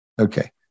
Okay